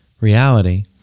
reality